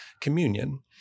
communion